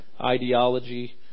ideology